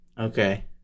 Okay